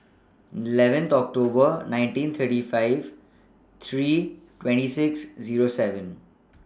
eleven October nineteen thirty five three twenty six Zero seven